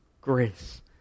grace